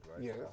Yes